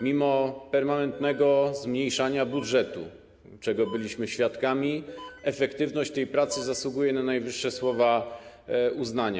Mimo permanentnego zmniejszania budżetu, czego byliśmy świadkami, efektywność tej pracy zasługuje na słowa najwyższego uznania.